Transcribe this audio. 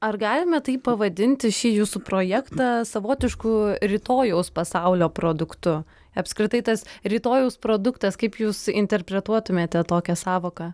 ar galime tai pavadinti šį jūsų projektą savotišku rytojaus pasaulio produktu apskritai tas rytojaus produktas kaip jūs interpretuotumėte tokią sąvoką